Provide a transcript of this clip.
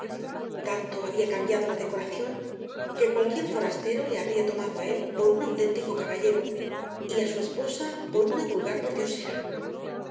tanto había cambiado la decoración que cualquier forastero le habría tomado a él por un auténtico caballero y a su esposa por una vulgar pordiosera isabel se